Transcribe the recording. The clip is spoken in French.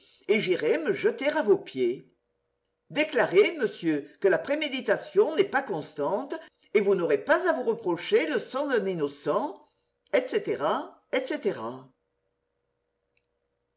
et j'irai me jeter à vos pieds déclarez monsieur que la préméditation n'est pas constante et vous n'aurez pas à vous reprocher le sang d'un innocent etc etc